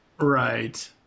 Right